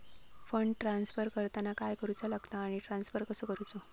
Fund transfer करताना काय करुचा लगता आनी ट्रान्स्फर कसो करूचो?